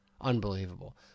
Unbelievable